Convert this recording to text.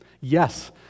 Yes